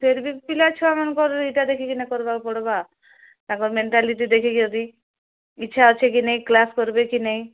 ଫେର ଭି ପିଲାଛୁଆମାନଙ୍କର ଏଇଟା ଦେଖିକିନା କରବାକୁ ପଡ଼ବା ତାଙ୍କ ମେଣ୍ଟାଲିଟି ଦେଖିକି ଯଦି ଇଚ୍ଛା ଅଛେ କି ନେଇଁ କ୍ଲାସ୍ କରବେକି ନାଇଁ